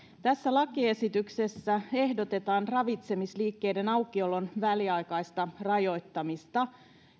tässä lakiesityksessä ehdotetaan ravitsemisliikkeiden aukiolon väliaikaista rajoittamista